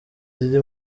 ziri